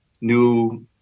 new